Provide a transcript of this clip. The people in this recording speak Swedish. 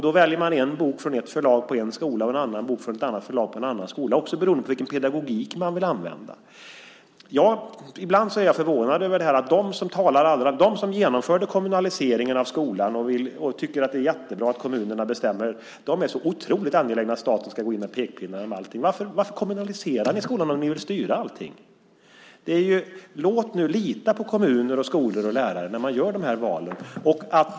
Då väljer man en bok från ett förlag i en skola och en annan bok från ett annat förlag i en annan skola, också beroende på vilken pedagogik som man vill använda. Ibland blir jag förvånad över att de som genomförde kommunaliseringen av skolan och tycker att det är jättebra att kommunerna bestämmer är så otroligt angelägna om att staten ska gå in med pekpinnar om allting. Varför kommunaliserade ni skolan om ni vill styra allting? Lita på kommuner, skolor och lärare när de gör dessa val.